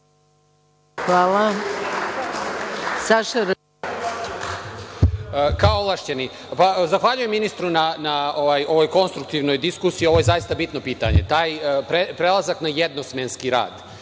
Radulović** Kao ovlašćeni. Zahvaljujem ministru na ovoj konstruktivnoj diskusiji. Ovo je zaista bitno pitanje. Taj prelazak na jednosmenski rad